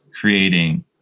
creating